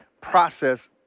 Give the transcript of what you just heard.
process